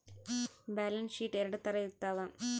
balance sheet ಎರಡ್ ತರ ಇರ್ತವ